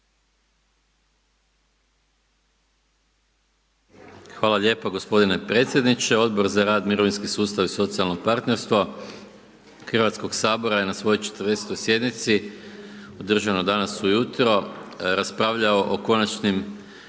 Hvala lijepa gospodine predsjedniče. Odbor za rad, mirovinski sustav i socijalno partnerstvo Hrvatskog sabora je na svojoj 40. sjednici, održano danas ujutro, raspravljao o Konačnim